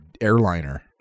airliner